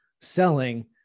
selling